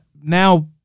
now